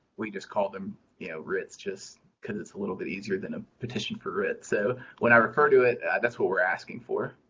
we just call them yeah writs just because it's a little bit easier than a petition for writs, so when i refer to it, that's what we're asking for.